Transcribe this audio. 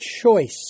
Choice